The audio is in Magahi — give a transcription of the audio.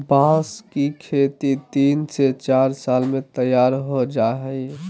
बांस की खेती तीन से चार साल में तैयार हो जाय हइ